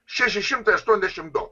šeši šimtai aštuoniasdešimt du